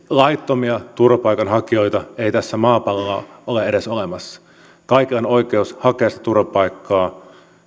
laittomia turvapaikanhakijoita ei maapallolla ole edes olemassa kaikilla on oikeus hakea sitä turvapaikkaa